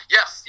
Yes